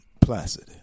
placid